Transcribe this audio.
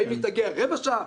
האם היא תגיע תוך רבע שעה,